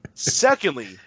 Secondly